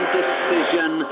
decision